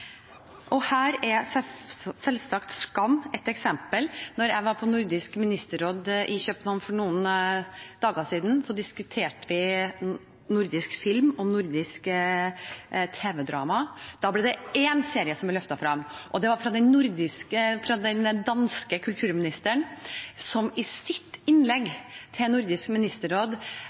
muligheter. Her er selvsagt Skam et eksempel. Da jeg var på Nordisk ministerråd i København for noen dager siden, diskuterte vi nordisk film og tv-drama. Da ble én serie løftet frem av den danske kulturministeren, som i sitt innlegg til Nordisk ministerråd